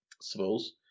suppose